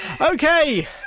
Okay